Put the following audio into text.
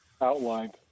outlined